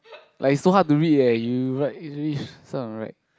like is so hard to read eh you write write